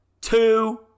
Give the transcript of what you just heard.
two